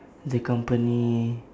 the company